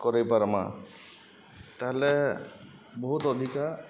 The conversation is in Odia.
କରେଇପାରମା ତାହେଲେ ବହୁତ ଅଧିକା